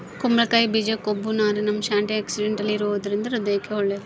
ಕುಂಬಳಕಾಯಿ ಬೀಜ ಕೊಬ್ಬು, ನಾರಿನಂಶ, ಆಂಟಿಆಕ್ಸಿಡೆಂಟಲ್ ಇರುವದರಿಂದ ಹೃದಯಕ್ಕೆ ಒಳ್ಳೇದು